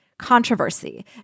Controversy